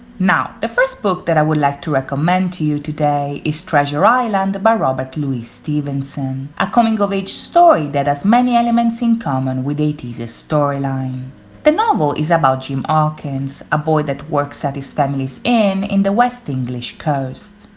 now, the first book that i would like to recommend to you today is treasure island by robert louis stevenson, a coming-of-age story that has many elements in common with ateez's storyline the novel is about jim ah hawkins, a boy that works at his family's inn in the west english coast.